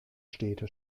städte